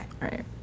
right